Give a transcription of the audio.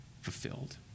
fulfilled